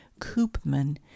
Koopman